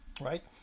right